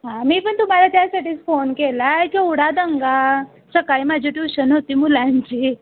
हां मी पण तुम्हाला त्यासाठीच फोन केला आहे केवढा दंगा सकाळी माझी ट्यूशन होती मुलांची